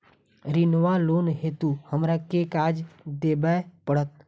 ऋण वा लोन हेतु हमरा केँ कागज देबै पड़त?